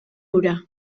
hura